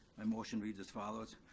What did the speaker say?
my motion reads as follows.